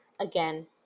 again